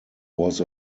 was